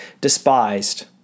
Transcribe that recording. despised